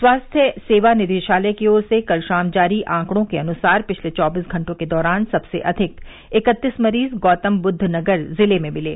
स्वास्थ्य सेवा निदेशालय की ओर से कल शाम जारी आंकड़ों के अनुसार पिछले चौबीस घंटे के दौरान सबसे अधिक इकत्तीस मरीज गौतमबुद्वनगर जिले में मिले